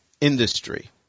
industry